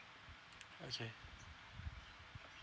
okay